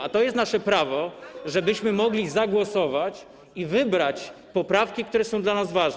A to jest nasze prawo, żebyśmy mogli zagłosować i wybrać poprawki, które są dla nas ważne.